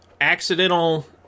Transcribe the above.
accidental